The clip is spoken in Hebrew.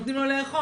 נותנים לו לאכול.